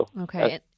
Okay